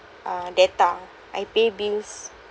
uh data I pay bills